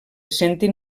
sentin